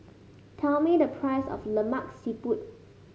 tell me the price of Lemak Siput